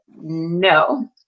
no